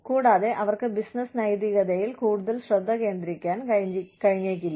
കൂടാതെ അവർക്ക് ബിസിനസ്സ് നൈതികതയിൽ കൂടുതൽ ശ്രദ്ധ കേന്ദ്രീകരിക്കാൻ കഴിഞ്ഞേക്കില്ല